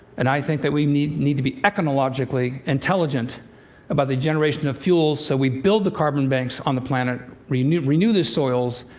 and i think that we need need to be econologically intelligent about the generation of fuels. so, we build the carbon banks on the planet, renew renew the soils.